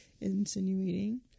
insinuating